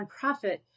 nonprofit